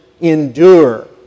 endure